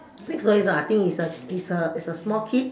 next one is a I think is a is a is a small kid